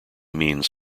means